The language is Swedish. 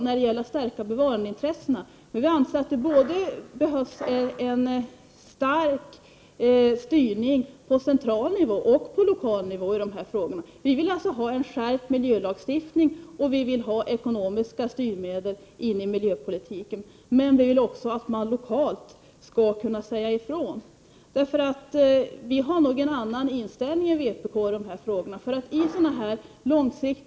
När det gäller att stärka bevarandeintressena gör också vi det. Men dessutom anser vi att det behövs en stark styrning på både central nivå och lokal nivå i dessa frågor. Vi vill alltså ha en skärpt miljölagstiftning. Vi vill också ha ekonomiska styrmedel i miljöpolitiken. Dessutom vill vi att man lokalt skall kunna säga ifrån. I dessa frågor har vi nog inte riktigt samma inställning som vpk.